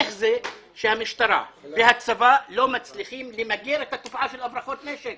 איך זה שהמשטרה והצבא לא מצליחים למגר את התופעה של הברחות נשק